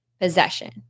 possession